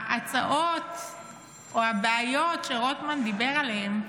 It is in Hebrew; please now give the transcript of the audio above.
ההצעות או הבעיות שרוטמן דיבר עליהן,